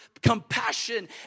compassion